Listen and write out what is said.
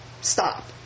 stop